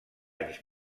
anys